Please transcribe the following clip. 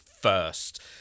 first